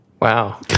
Wow